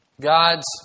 God's